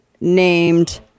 named